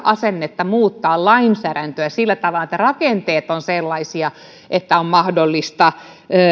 asennetta muuttaa lainsäädäntöä sillä tavalla että rakenteet ovat sellaisia että on mahdollista